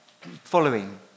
following